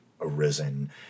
arisen